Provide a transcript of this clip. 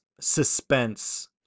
suspense